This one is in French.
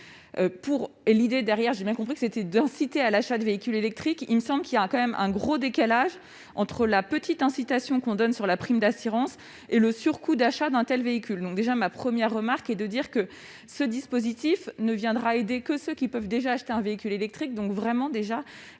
et l'idée derrière, j'ai bien compris que c'était d'inciter à l'achat de véhicules électriques, il me semble qu'il y a quand même un gros décalage entre la petite incitation qu'on donne sur la prime d'assurance et le surcoût d'achat d'un telle véhicules donc déjà ma première remarque et de dire que ce dispositif ne viendra aider que ceux qui peuvent déjà acheter un véhicule électrique, donc vraiment déjà